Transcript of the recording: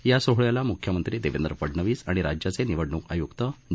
या सोहळ्याला मुख्यमंत्री देवेंद्र फडणवीस आणि राज्याचे निवडणूक आय्क्त ज